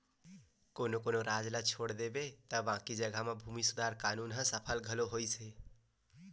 कोनो कोनो राज ल छोड़ देबे त बाकी जघा म भूमि सुधार कान्हून ह सफल घलो होइस हे